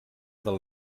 del